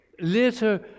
later